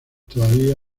todavía